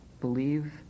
believe